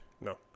No